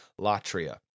Latria